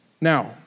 Now